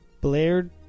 Blair